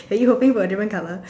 are you hoping for a different color